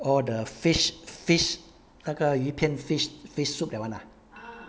orh the fish fish 那个鱼片 fish fish soup that [one] ah